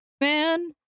man